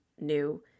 new